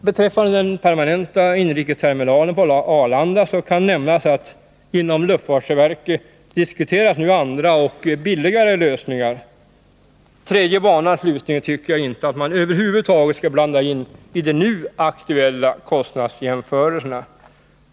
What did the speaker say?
Beträffande den permanenta inrikesterminalen på Arlanda så kan nämnas att inom luftfartsverket diskuteras nu andra och billigare lösningar. Tredje banan, slutligen, tycker jag inte att man över huvud taget skall blanda in i de nu aktuella kostnadsjämförelserna.